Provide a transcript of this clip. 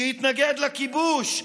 שיתנגד לכיבוש,